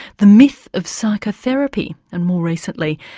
the myth of psychotherapy and, more recently,